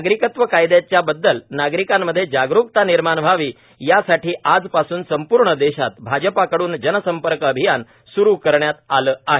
नागरिकत्व कायद्याच्या बद्दल नागरिक मधे जागरूकता निर्माण व्हावी यासाठी आजपासून संपूर्ण देशात भाजपकडून जनसंपर्क अभियान स्रु करण्यात आला आहे